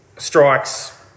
Strikes